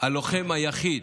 הלוחם היחיד.